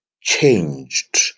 changed